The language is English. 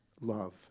love